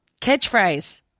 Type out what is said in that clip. Catchphrase